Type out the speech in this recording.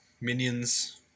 minions